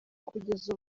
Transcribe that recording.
kugeza